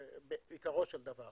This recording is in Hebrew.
בעיקרו של דבר,